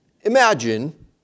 Imagine